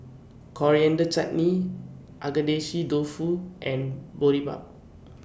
Coriander Chutney Agedashi Dofu and Boribap